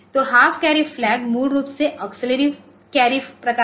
तो half carry फ्लैगमूल रूप से अक्सिल्लरी कैरी प्रकार है